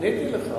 עניתי לך.